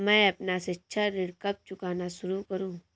मैं अपना शिक्षा ऋण कब चुकाना शुरू करूँ?